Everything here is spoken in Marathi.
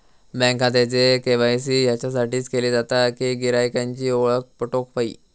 बँक खात्याचे के.वाय.सी याच्यासाठीच केले जाता कि गिरायकांची ओळख पटोक व्हयी